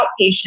outpatient